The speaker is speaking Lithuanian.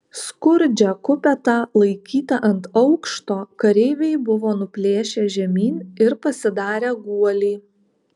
skurdžią kupetą laikytą ant aukšto kareiviai buvo nuplėšę žemyn ir pasidarę guolį